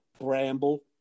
Bramble